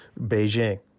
Beijing